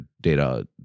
data